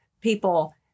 people